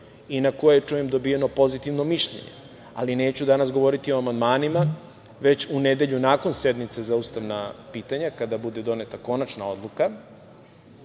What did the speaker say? i na koje, čujem, je dobijeno pozitivno mišljenje, ali neću danas govoriti o amandmanima, već u nedelju, nakon sednice za ustavna pitanja, kada bude doneta konačna odluka,